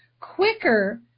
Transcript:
quicker